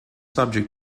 subject